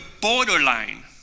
borderline